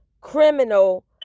criminal